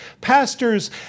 Pastors